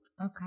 Okay